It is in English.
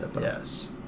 Yes